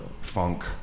funk